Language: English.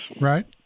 Right